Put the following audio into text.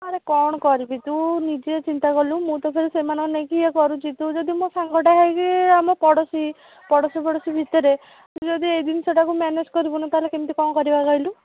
ଆରେ କ'ଣ କରିବି ତୁ ନିଜେ ଚିନ୍ତା କଲୁ ମୁଁ ତ ଫେର ସେମାନଙ୍କୁ ନେଇକି ଇଏ କରୁଛି ତୁ ଯଦି ମୋ ସାଙ୍ଗଟା ହେଇକି ଆମ ପଡ଼ୋଶୀ ପଡ଼ୋଶୀ ପଡ଼ୋଶୀ ଭିତରେ ତୁ ଯଦି ଏ ଜିନିଷଟାକୁ ମ୍ୟାନେଜ୍ କରିବୁନି ତା'ହେଲେ କେମିତି କ'ଣ କରିବା କହିଲୁ